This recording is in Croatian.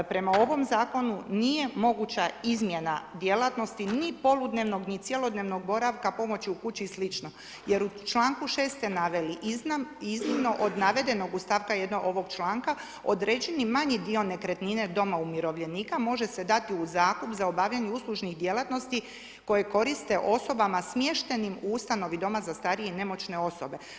Prema ovom zakonu nije moguća izmjena djelatnosti ni poludnevnog ni cjelodnevnog boravka, pomoći u kući i slično jer u članku 6. ste naveli, iznimno od navedenog u stavku 1. ovog članka određeni manji dio nekretnina doma umirovljenika može se dati u zakup za obavljanje uslužnih djelatnosti koje koriste osobama smještenim u ustanova doma za starije i nemoćne osobe.